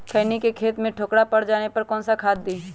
खैनी के खेत में ठोकरा पर जाने पर कौन सा खाद दी?